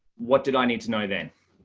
what did i need to know then?